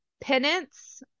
penance